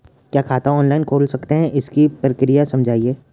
क्या खाता ऑनलाइन खोल सकते हैं इसकी प्रक्रिया समझाइए?